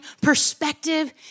perspective